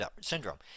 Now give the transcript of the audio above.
syndrome